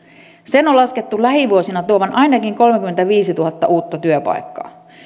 sen on laskettu lähivuosina tuovan ainakin kolmekymmentäviisituhatta uutta työpaikkaa